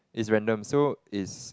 is random so is